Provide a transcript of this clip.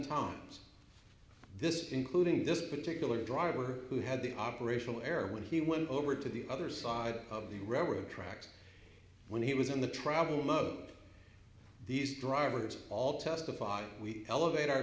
times this including this particular driver who had the operational error when he went over to the other side of the rare tracks when he was in the travel mug these drivers all testified we elevat